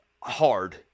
hard